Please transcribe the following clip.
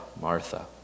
Martha